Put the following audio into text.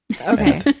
Okay